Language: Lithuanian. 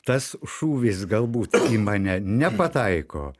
tas šūvis galbūt į mane nepataiko